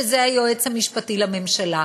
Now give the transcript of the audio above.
שזה היועץ המשפטי לממשלה.